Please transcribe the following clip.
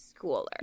schooler